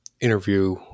interview